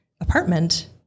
apartment